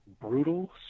brutal